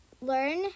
learn